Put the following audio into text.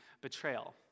betrayal